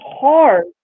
hard